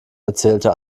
erzählte